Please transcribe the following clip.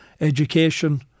education